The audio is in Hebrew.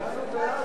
הולנד,